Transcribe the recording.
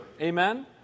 amen